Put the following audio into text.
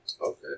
Okay